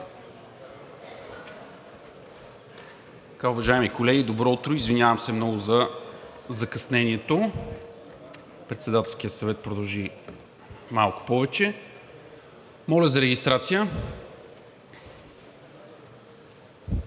моля за регистрация.